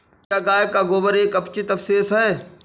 क्या गाय का गोबर एक अपचित अवशेष है?